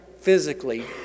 physically